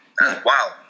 Wow